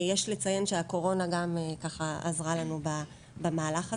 יש לציין שהקורונה גם עזרה לנו במהלך הזה.